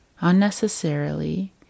unnecessarily